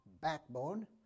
backbone